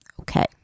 Okay